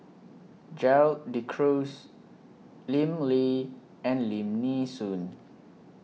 Gerald De Cruz Lim Lee and Lim Nee Soon